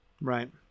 Right